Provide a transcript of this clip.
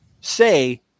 say